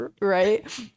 Right